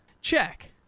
Check